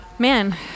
Man